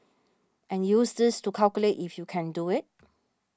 and use this to calculate if you can do it